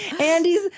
andy's